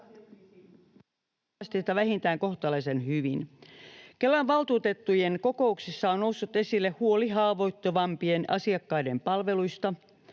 vähintään kohtalaisen hyvin. Kelan valtuutettujen kokouksissa on noussut esille huoli haavoittuvimpien asiakkaiden palveluista.